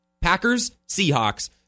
Packers-Seahawks